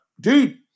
dude